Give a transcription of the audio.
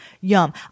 Yum